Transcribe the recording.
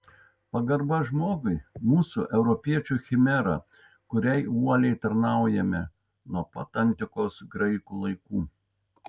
pagarba žmogui mūsų europiečių chimera kuriai uoliai tarnaujame nuo pat antikos graikų laikų